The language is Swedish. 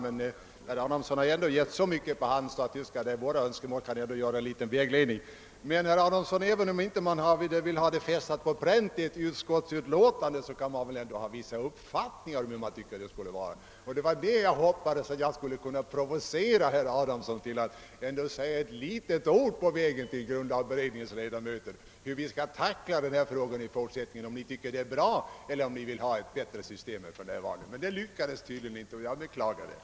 Herr Adamsson har emellertid här givit så mycket på hand att det står klart att våra önskemål ändå kan utgöra en liten vägledning. Även om ni inte vill fästa något på pränt i ett utlåtande kan ni ha vissa uppfattningar om hur det hela bör vara. Jag hoppades att jag skulle kunna provocera herr Adamsson att i alla fall säga några ord på vägen till grundlagberedningens ledamöter om hur man skulle tackla frågan i fortsättningen, och om ni tycker att det nuvarande systemet är bra eller om ni vill ha ett bättre. Men det lyckades tydligen inte, vilket jag beklagar.